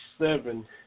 seven